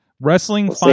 wrestling